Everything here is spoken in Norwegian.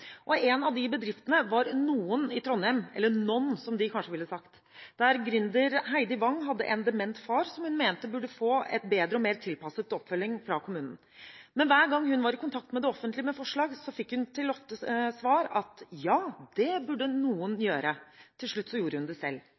situasjon. En av de bedriftene var Noen i Trondheim, eller «nån» som de kanskje ville sagt, der gründer Heidi Wang hadde en dement far som hun mente burde få en bedre og mer tilpasset oppfølging av kommunen. Men hver gang hun var i kontakt med det offentlige med forslag, fikk hun ofte til svar at ja, det burde noen gjøre. Til slutt gjorde hun det selv.